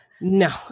no